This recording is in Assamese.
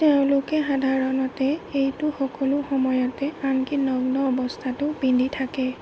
তেওঁলোকে সাধাৰণতে এইটো সকলো সময়তে আনকি নগ্ন অৱস্থাতো পিন্ধি থাকে